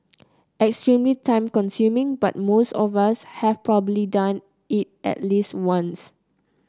extremely time consuming but most of us have probably done it at least once